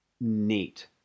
neat